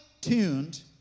tuned